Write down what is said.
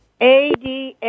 ADA